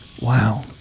wow